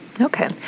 Okay